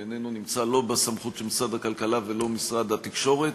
הוא איננו נמצא בסמכות של משרד הכלכלה ולא של משרד התקשורת.